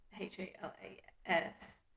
H-A-L-A-S